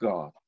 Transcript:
God